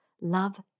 Love